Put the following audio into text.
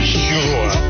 sure